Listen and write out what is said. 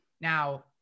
Now